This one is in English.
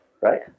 Right